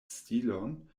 stilon